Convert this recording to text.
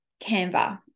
Canva